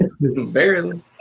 barely